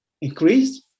increased